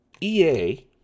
EA